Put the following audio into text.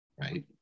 right